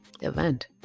event